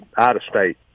out-of-state